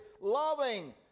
loving